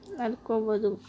ನೋಡ್ಕೋಬೋದು